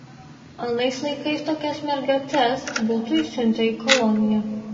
anais laikais tokias mergiotes būtų išsiuntę į koloniją